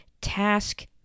task